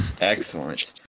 Excellent